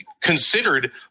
considered